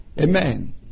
Amen